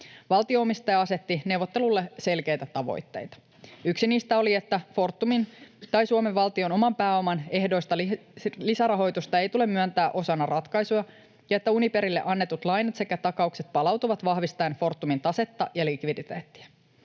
Valtio-omistaja asetti neuvotteluille selkeitä tavoitteita. Yksi niistä oli, että Fortumin tai Suomen valtion oman pääoman ehtoista lisärahoitusta ei tule myöntää osana ratkaisua ja että Uniperille annetut lainat sekä takaukset palautuvat vahvistaen Fortumin tasetta ja likviditeettiä.